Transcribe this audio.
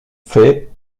fée